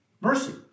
Mercy